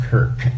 Kirk